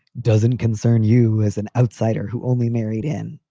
doesn't concern you as an outsider who only married in.